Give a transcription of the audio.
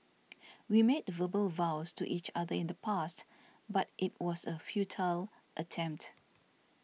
we made verbal vows to each other in the past but it was a futile attempt